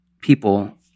people